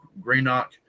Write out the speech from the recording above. Greenock